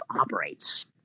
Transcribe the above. operates